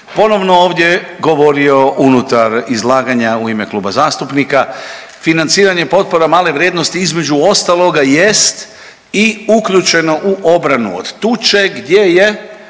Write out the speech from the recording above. ponovno ovdje govorio unutar izlaganja u ime kluba zastupnika financiranje potpora male vrijednosti između ostaloga jest i uključeno u obranu od tuče gdje je